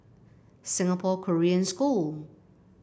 Singapore Korean School